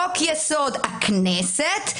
חוק-יסוד: הכנסת,